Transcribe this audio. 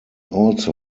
also